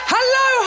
Hello